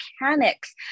mechanics